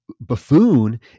buffoon